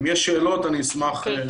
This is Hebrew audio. אם יש שאלות, אשמח לענות.